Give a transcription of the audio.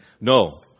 No